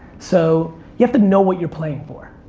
so, you have to know what you're playing for.